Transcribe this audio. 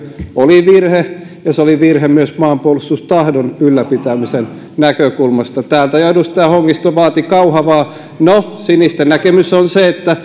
oli virhe ja se oli virhe myös maanpuolustustahdon ylläpitämisen näkökulmasta täältä jo edustaja hongisto vaati kauhavaa no sinisten näkemys on se että